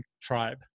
tribe